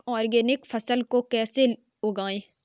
Organic फसल को कैसे उगाएँ?